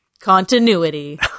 Continuity